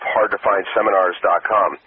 HardToFindSeminars.com